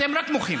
אתם רק מוחים.